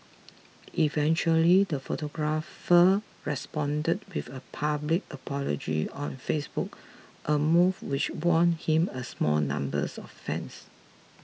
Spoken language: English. eventually the photographer responded with a public apology on Facebook a move which won him a small number of fans